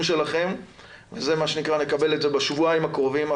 שלכם ונקבל את זה בשבועיים הקרובים.